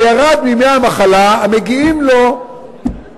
זה ירד מימי המחלה המגיעים לו בשנה.